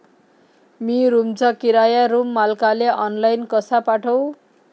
मी रूमचा किराया रूम मालकाले ऑनलाईन कसा पाठवू?